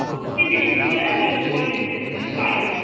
ஆமாம் ஃபிஃப்ட்டீன் டேஸ்குள்ளே உங்களுக்கு போலீஸ் ஸ்டேஷன்லேந்து கால் வரும்